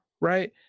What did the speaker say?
right